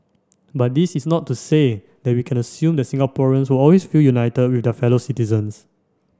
but this is not to say that we can assume that Singaporeans will always feel united with their fellow citizens